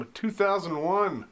2001